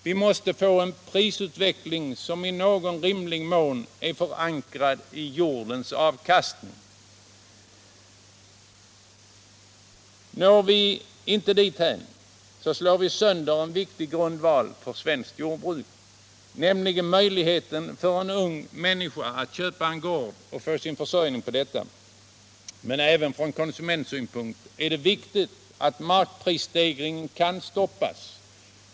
Vi måste få en prisutveckling som i någon rimlig mån är förankrad i jordens avkastning. Når vi inte dithän slår vi sönder en viktig grundval för svenskt jordbruk, nämligen möjligheten för en ung människa att köpa en gård och få sin försörjning från denna. Men även från konsumentsynpunkt är det viktigt att markprisstegringarna kan stoppas.